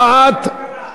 הצעת, תמיד זה בכלכלה.